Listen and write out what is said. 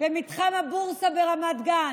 במתחם הבורסה ברמת גן,